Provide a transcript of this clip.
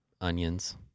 onions